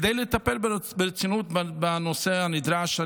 כדי לטפל ברצינות בנושא הנדרש.